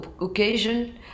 occasion